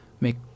make